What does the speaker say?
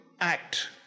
act